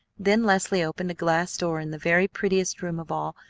then leslie opened a glass door in the very prettiest room of all,